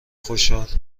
خوشحال